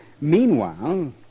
Meanwhile